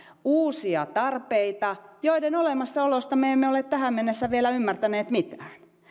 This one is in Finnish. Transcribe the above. uusia tarpeita joiden olemassaolosta me emme ole tähän mennessä vielä ymmärtäneet mitään